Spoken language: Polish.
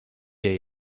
wie